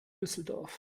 düsseldorf